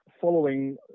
following